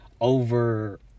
over